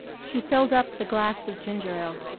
she filled up the glass with ginger ale,